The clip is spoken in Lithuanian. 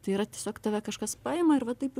tai yra tiesiog tave kažkas paima ir va taip